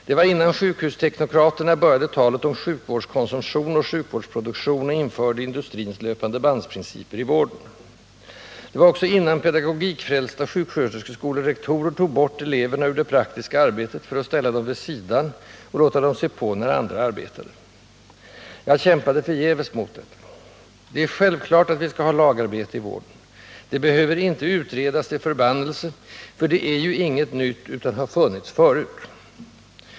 Det var innan sjukhusteknokraterna började talet om sjukvårdskonsumtion och sjukvårdsproduktion och införde industrins löpandebandprinciper i vården. Det var också innan pedagogikfrälsta sjuksköterskeskolerektorer tog bort eleverna ur det praktiska arbetet för att ställa dem vid sidan och låta dem se på när andra arbetade. Jag kämpade förgäves mot det. Det är självklart att vi skall ha lagarbete i vården. Det behöver inte utredas till förbannelse, för det är inget nytt, det har funnits förut.